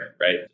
right